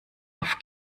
auf